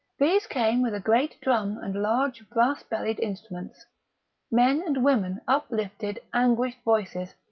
these came with a great drum and large brass-bellied instruments men and women uplifted anguished voices,